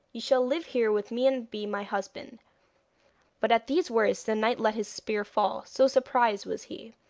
you shall live here with me and be my husband but at these words the knight let his spear fall, so surprised was he.